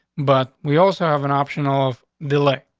but we also have an optional off delay.